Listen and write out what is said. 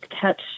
catch